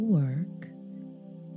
work